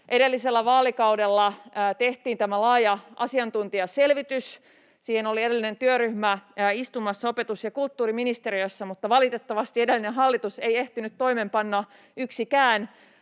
Edellisellä vaalikaudella tehtiin tämä laaja asiantuntijaselvitys. Siitä oli edellinen työryhmä istumassa opetus‑ ja kulttuuriministeriössä, mutta valitettavasti edellinen hallitus ei ehtinyt toimeenpanna